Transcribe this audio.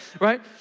Right